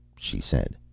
she said.